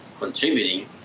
contributing